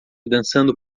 dançando